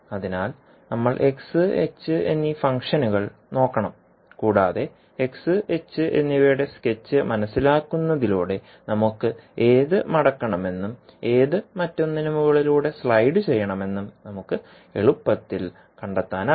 അതിനാൽ നമ്മൾ x h എന്നീ ഫംഗ്ഷനുകൾ നോക്കണം കൂടാതെ xh എന്നിവയുടെ സ്കെച്ച് മനസിലാക്കുന്നതിലൂടെ നമുക്ക് ഏത് മടക്കണമെന്നും ഏത് മറ്റൊന്നിന് മുകളിലൂടെ സ്ലൈഡുചെയ്യുണമെന്നും നമുക്ക് എളുപ്പത്തിൽ കണ്ടെത്താനാകും